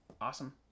Awesome